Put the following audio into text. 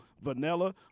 vanilla